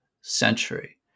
century